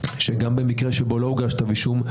גם במקרה שבו לא הוגש כתב אישום,